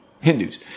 Hindus